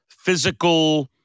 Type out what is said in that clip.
physical